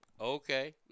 Okay